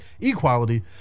equality